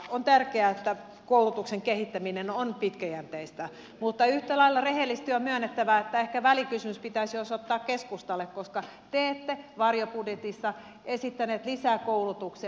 on tärkeää että koulutuksen kehittäminen on pitkäjänteistä mutta yhtä lailla rehellisesti on myönnettävä että ehkä välikysymys pitäisi osoittaa keskustalle koska te ette varjobudjetissa esittäneet lisää koulutukseen